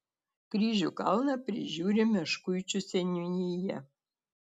kryžių kalną prižiūri meškuičių seniūnija